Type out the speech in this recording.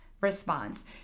response